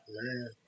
Man